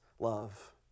Love